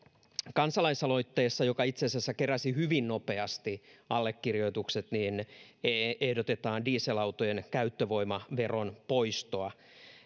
kansalaisaloitteessa joka keräsi hyvin nopeasti allekirjoitukset ehdotetaan dieselautojen käyttövoimaveron poistoa